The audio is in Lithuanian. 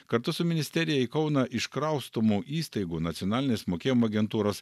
kartu su ministerija į kauną iškraustomų įstaigų nacionalinės mokėjimo agentūros